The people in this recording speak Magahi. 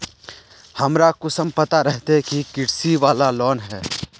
हमरा कुंसम पता रहते की इ कृषि वाला लोन है?